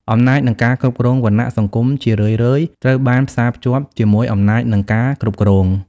អំណាច និងការគ្រប់គ្រង វណ្ណៈសង្គមជារឿយៗត្រូវបានផ្សារភ្ជាប់ជាមួយអំណាច និងការគ្រប់គ្រង។